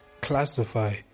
classify